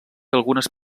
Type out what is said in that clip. algunes